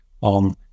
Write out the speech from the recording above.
on